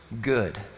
good